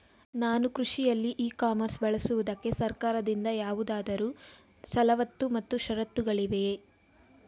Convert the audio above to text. ನಾನು ಕೃಷಿಯಲ್ಲಿ e commerce ಬಳಸುವುದಕ್ಕೆ ಸರ್ಕಾರದಿಂದ ಯಾವುದಾದರು ಸವಲತ್ತು ಮತ್ತು ಷರತ್ತುಗಳಿವೆಯೇ?